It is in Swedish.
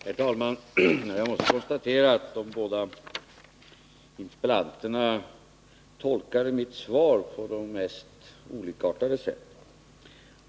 Herr talman! Jag måste konstatera att de båda interpellanterna tolkade mitt svar på de mest olikartade sätt.